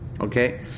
Okay